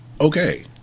okay